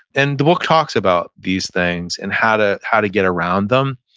and the book talks about these things and how to how to get around them.